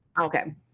Okay